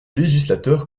législateur